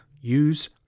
use